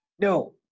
No